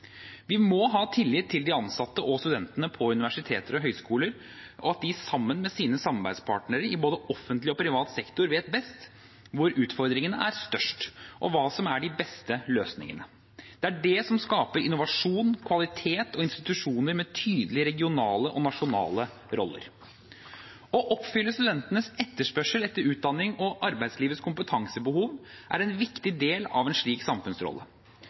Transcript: Vi må ha tillit til de ansatte og studentene på universiteter og høyskoler og at de sammen med sine samarbeidspartnere i både offentlig og privat sektor vet best hvor utfordringene er størst, og hva som er de beste løsningene. Det er det som skaper innovasjon, kvalitet og institusjoner med tydelige regionale og nasjonale roller. Å oppfylle studentenes etterspørsel etter utdanning og arbeidslivets kompetansebehov er en viktig del av en slik samfunnsrolle.